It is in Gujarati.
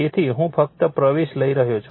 તેથી હું ફક્ત પ્રવેશ લઈ રહ્યો છું